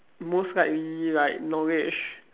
most likely like knowledge